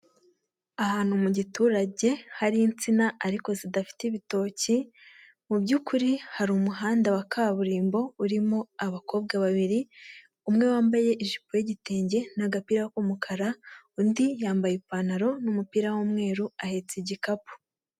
Ahantu mu giturage hari insina ariko zidafite ibitoki mu by'ukuri hari umuhanda wa kaburimbo urimo abakobwa babiri umwe wambaye ijipo y'igitenge n'agapira k'umukara undi yambaye ipantaro n'umupira w'umweru ahetse igikapu.